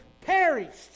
perished